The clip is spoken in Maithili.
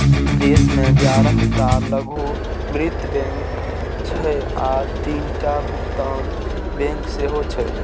देश मे ग्यारह टा लघु वित्त बैंक छै आ तीनटा भुगतान बैंक सेहो छै